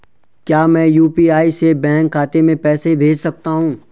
क्या मैं यु.पी.आई से बैंक खाते में पैसे भेज सकता हूँ?